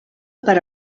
per